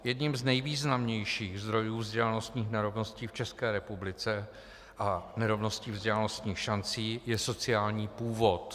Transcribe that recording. Jedním z nejvýznamnějších zdrojů vzdělanostních nerovností v České republice a nerovností vzdělanostních šancí je sociální původ.